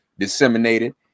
Disseminated